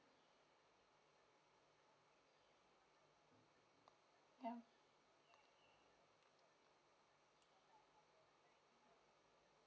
ya